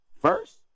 first